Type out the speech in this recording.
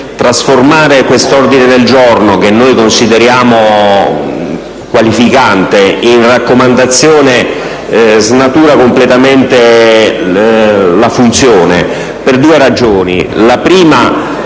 trasformare quest'ordine del giorno - che noi consideriamo qualificante - in raccomandazione ne snatura completamente la funzione, per le due seguenti